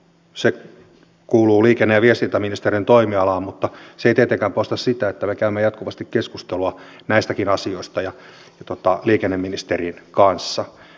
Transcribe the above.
tämä sääntely kuuluu liikenne ja viestintäministeriön toimialaan mutta se ei tietenkään poista sitä että me käymme jatkuvasti keskustelua näistäkin asioista liikenneministerin kanssa